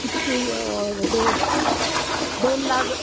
कितके हय दोन दोन लाख